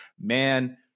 man